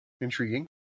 Intriguing